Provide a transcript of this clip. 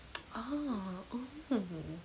ah oh